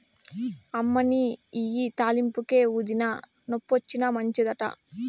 అమ్మనీ ఇయ్యి తాలింపుకే, ఊదినా, నొప్పొచ్చినా మంచిదట